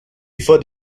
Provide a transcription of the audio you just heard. before